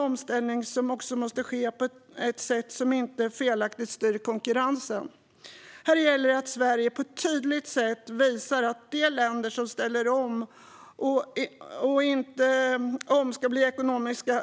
Omställningen måste ske på ett sätt som inte felaktigt styr konkurrensen. Här gäller det att Sverige på ett tydligt sätt visar att de länder som ställer om inte ska bli ekonomiska